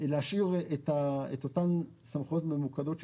להשאיר את אותן סמכויות ממוקדות,